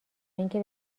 اینکه